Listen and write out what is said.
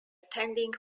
tending